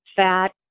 fat